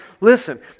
listen